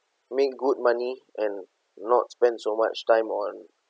make good money and not spend so much time on